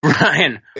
Ryan